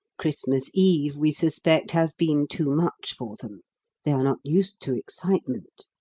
christmas eve, we suspect, has been too much for them they are not used to excitement.